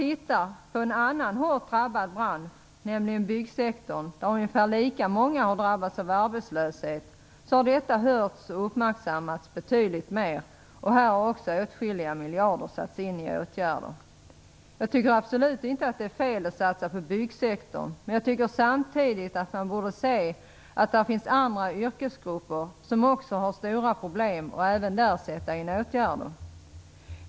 I en annan hårt drabbad bransch, nämligen byggnadssektorn, där ungefär lika många har drabbats av arbetslöshet, har utvecklingen uppmärksammats betydligt mer och åtskilliga miljarder satts in i åtgärder. Jag tycker absolut inte att det är fel att satsa på byggsektorn, men jag tycker samtidigt att man borde se att det finns också andra yrkesgrupper som har stora problem och att man även där bör sätta in åtgärder.